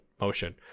motion